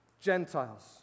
Gentiles